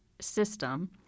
system